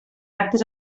actes